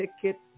ticket